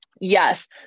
yes